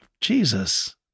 Jesus